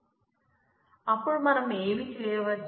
అపుడు మనం ఏమి చేయవచ్చు